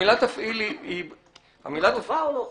המילה "תפעיל" היא -- היא חובה או לא חובה,